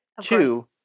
two